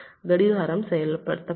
கடிகாரம் செயல்படுத்தப்படும்